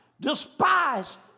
despised